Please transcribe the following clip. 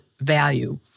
value